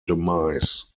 demise